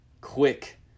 quick